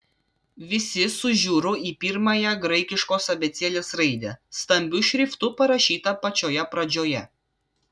visi sužiuro į pirmąją graikiškos abėcėlės raidę stambiu šriftu parašytą pačioje pradžioje